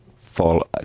fall